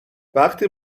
وقتی